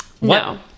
No